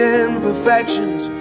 imperfections